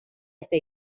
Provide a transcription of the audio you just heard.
eta